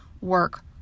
work